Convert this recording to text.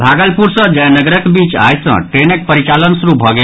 भागलपुर सँ जयनगर बीच आई सँ ट्रेनक परिचालन शुरू भऽ गेल